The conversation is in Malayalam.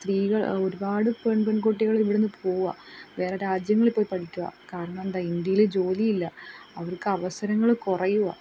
സ്ത്രീകൾ ഒരുപാട് പെൺകുട്ടികൾ ഇവിടുന്ന് പോവുവാണ് വേറെ രാജ്യങ്ങളിൽ പോയി പഠിക്കുവാണ് കാരണം എന്താണ് ഇന്ത്യയിൽ ജോലിയില്ല അവർക്ക് അവസരങ്ങൾ കുറയുവാണ്